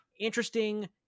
interesting